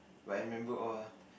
but I remember all